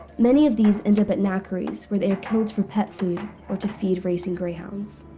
many of these end up at knackeries, where they are killed for pet food or to feed racing greyhounds.